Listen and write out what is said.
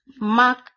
Mark